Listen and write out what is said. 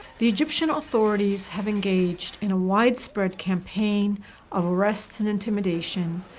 the egyptian authorities have engaged in a widespread campaign of arrests and intimidation,